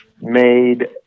Made